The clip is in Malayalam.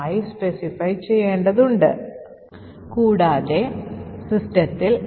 ബഫർ ഓവർഫ്ലോ കാരണം ഇത് തീർച്ചയായും സ്റ്റാക്കിൽ ഉണ്ടായിരുന്നു